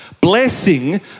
Blessing